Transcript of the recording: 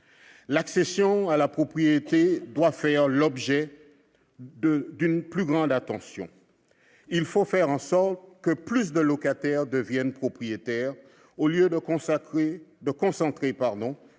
L'accession à la propriété doit faire l'objet d'une plus grande attention. Il faut faire en sorte que plus de locataires deviennent propriétaires au lieu de concentrer